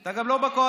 אתה גם לא בקואליציה.